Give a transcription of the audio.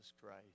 Christ